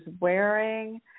wearing